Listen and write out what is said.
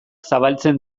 zabaltzen